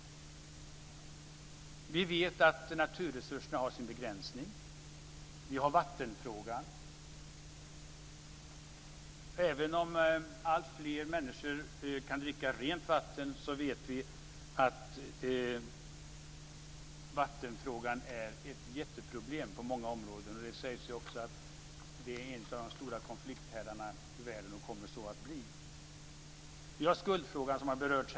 Vi vet att naturresurserna har sina begränsningar. Vi har vattenfrågan. Även om alltfler människor kan dricka rent vatten, vet vi att vattenfrågan är ett jätteproblem på många områden. Det sägs att vatten är en av konflikthärdarna i världen och kommer att så förbli. Skuldfrågan har berörts.